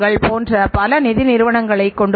என்பதில் நாம் மிகவும் கவனமாக இருக்க வேண்டும்